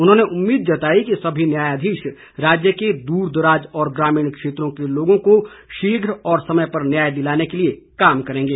उन्होंने उम्मीद जताई कि सभी न्यायाधीश राज्य के दूर दराज और ग्रामीण क्षेत्रों के लोगों को शीघ्र और समय पर न्याय दिलाने के लिए काम करेंगे